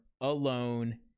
alone